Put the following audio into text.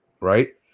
right